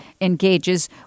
engages